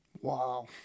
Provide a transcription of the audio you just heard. wow